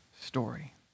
story